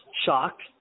shocked